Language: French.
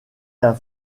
d’un